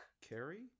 Carrie